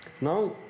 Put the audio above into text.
Now